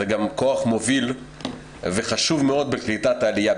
זה גם כוח מוביל וחשוב מאוד בקליטת העלייה,